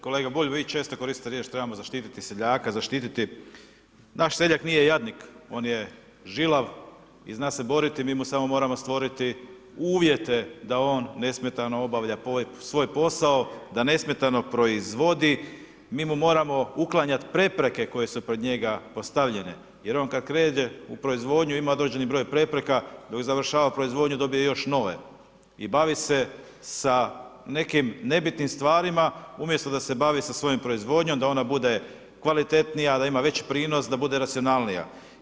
Kolega Bulj, vi često koristite riječ trebamo zaštititi seljaka, zaštititi, naš seljak nije jadnik, on je žilav i zna se boriti, mi mu samo moramo stvoriti uvjete da on nesmetano obavlja svoj posao, da nesmetano proizvodi, mi mu moramo uklanjati prepreke koje su pred njega postavljene jer on kada krene u proizvodnju, ima određeni broj prepreka, dok završava proizvodnju dobije još nove i bavi se sa nekim nebitnim stvarima umjesto da se bavi sa svojom proizvodnjom, da ona bude kvalitetnija, da ima veći prinos, da bude racionalnija.